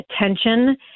attention